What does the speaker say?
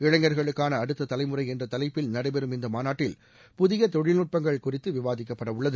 இளைஞர்களுக்கான அடுத்த தலைமுறை என்ற தலைப்பில் நடைபெறும் இந்த மாநாட்டில் புதிய தொழில்நுட்பங்கள் குறித்து விவாதிக்கப்படவுள்ளது